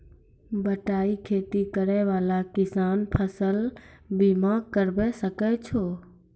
बटाई खेती करै वाला किसान फ़सल बीमा करबै सकै छौ?